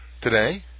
Today